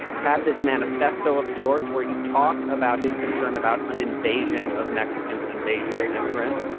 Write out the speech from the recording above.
had this manifesto of sorts where he talked about his concern about an invasion of mexicans, an invasion of immigrants.